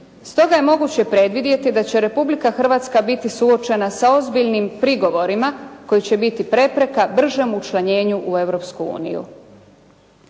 Stoga je moguće predvidjeti da će Republika Hrvatska biti suočena sa ozbiljnim prigovorima koji će biti prepreka bržem učlanjenju u